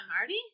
Marty